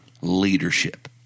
leadership